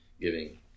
giving